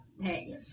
hey